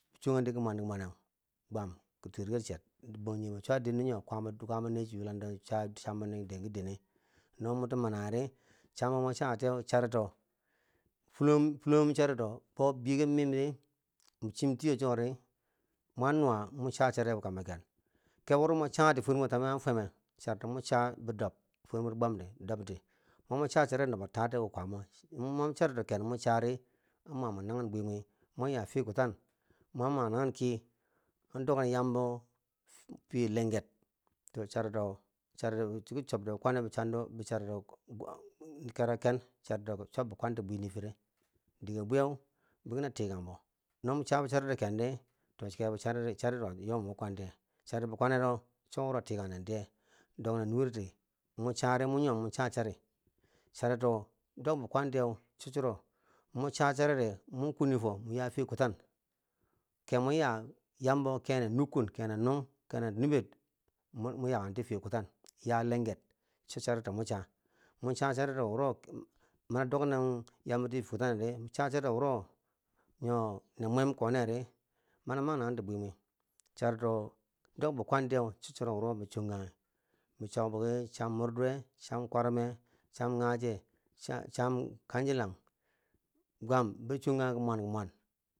Chonga ti ki mwan ki mwanne bangjinghebo cha den nyo kwaama nee chi yulando chi cha chambo nin ki denkidenne, no moti mamanghi di chambo mo chatiye charito, fulunghum fulunghum charito kwau biyeken mimdi chim tiyo chiko di mwan nuwa mon cha chari wi kamboken, kebo wuro mo chati tamwi fermwero an fwemme, no mo chabidob fwer mwero bwamdi dobti, mani mo cha chari nobo taar ki kwamo, no mo man charito ken mochari an mamwen manghen bwimwi, mwan ya fiye kutan, mwan ma nanghen ki, an dok nen yambo fi- fiye lenger, na charito charito chiki chobde bikwanne charito kero ken charito chobbi kwanti bwei niifire, dige bwiye biki na tikanbo, no mo chabo charito kendi to kebo charity a jok mwe bikwan tiye, chari bi kwanero chowuro tikan nen tiye, dok nen nureti, mo chari mo nyimon mo cha chari, charito dok bikwan tiye cho churo, mo cha charidi kwenni fo mo ya fiye kutan. Ke mo yaa yambo kene nun kene nukkun, kene niber mo yakenti fiye kutan, mo ya lenger, cho charito mo cha cha charito wuro mani dok nen yamboti fiye kutanneri, mo cha charito wuro nyo na mwen koniyeri mani ma nanghenti bwimwi, charito dok bikwantiye cho churo wo bi chonganghi bo tok biki cham, murduwe cham kwarume, cham nghaje cha- cham kanji lang gwam bi chonga nghi ki mwan ki mwan.